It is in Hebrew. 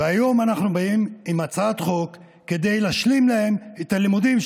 והיום אנחנו באים עם הצעת חוק כדי להשלים להם את הלימודים,